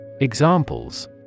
Examples